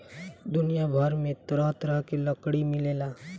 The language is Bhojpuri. दुनिया भर में तरह तरह के लकड़ी मिलेला